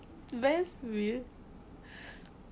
best meal